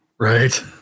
right